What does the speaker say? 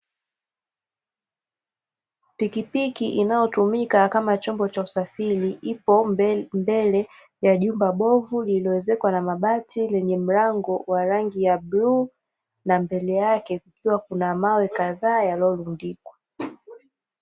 Pikipiki inayotumika kama chombo cha usafiri, ipo mbele ya jumba bovu lililoezekwa na mabati, lenye mlango wa rangi ya bluu na mbele yake kukiwa na mawe kadhaa yaliyorundikwa.